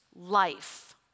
life